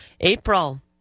April